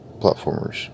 platformers